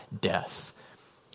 death